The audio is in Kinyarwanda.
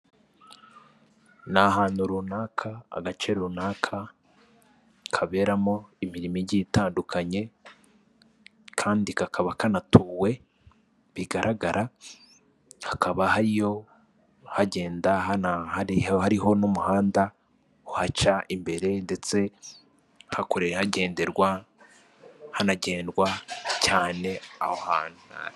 Ni ahantu runaka, agace runaka kaberamo imirimo igiye itandukanye kandi kakaba kanatuwe bigaragara hakaba hariyo, hagenda, hariho n'umuhanda uhaca imbere ndetse hagenderwa, hanagendwa cyane aho hantu.